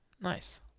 Nice